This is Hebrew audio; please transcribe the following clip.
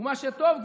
ומה שטוב להתיישבות,